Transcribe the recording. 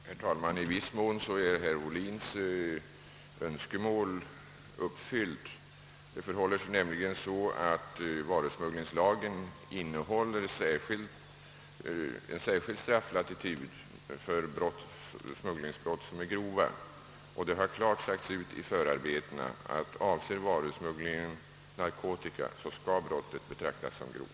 Herr talman! I viss mån är herr Ohlins önskemål uppfyllt. Varusmugglingslagen innehåller nämligen en särskild strafflatitud för smugglingsbrott som är grova, och det har klart sagts ut i förarbetena att om varusmugglingen avser narkotika skall brottet betraktas som grovt.